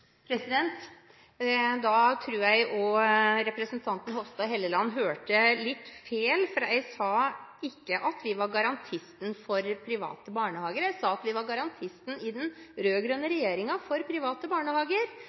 Da tror jeg representanten Hofstad Helleland hørte litt feil. Jeg sa ikke at vi var garantisten for private barnehager. Jeg sa at vi var garantisten i den rød-grønne regjeringen for private barnehager.